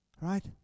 Right